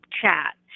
chat